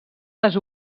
les